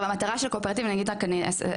המטרה של הקואופרטיב, אני אסכם.